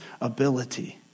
ability